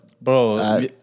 Bro